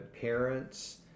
parents